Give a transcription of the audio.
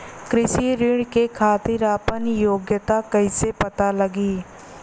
कृषि ऋण के खातिर आपन योग्यता कईसे पता लगी?